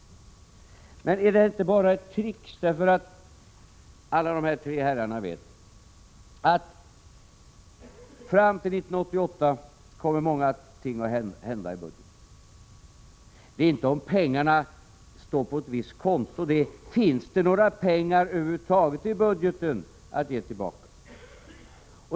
Men är inte det här bara ett trick? Alla tre herrarna vet ju att många ting kommer att hända i budgeten fram till 1988. Det handlar inte om huruvida pengarna finns på ett visst konto. Vad det handlar om är huruvida det finns några pengar över huvud taget i budgeten att ge tillbaka.